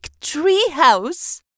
treehouse